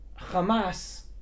Hamas